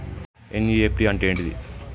NEFT అంటే ఏంటిది?